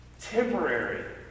temporary